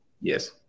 Yes